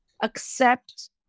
accept